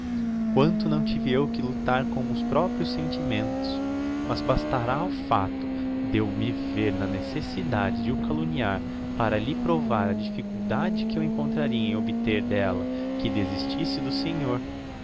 quanto não tive eu que luctar com os proprios sentimentos mas bastará o facto de eu me ver na necessidade de o calumniar para lhe provar a difficuldade que eu encontraria em obter d'ella que desistisse do senhor